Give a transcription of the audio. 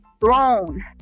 throne